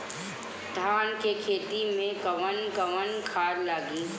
धान के खेती में कवन कवन खाद लागी?